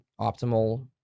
optimal